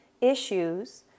issues